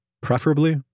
preferably